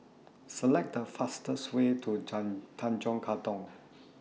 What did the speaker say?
Select The fastest Way to Tanjong Katong